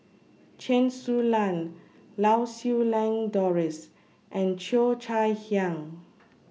Chen Su Lan Lau Siew Lang Doris and Cheo Chai Hiang